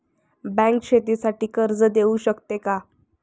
Bank शेतीसाठी कर्ज देऊ शकते का?